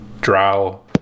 drow